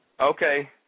Okay